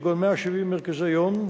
כגון 170 מרכזי יום,